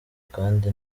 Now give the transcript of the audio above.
kandi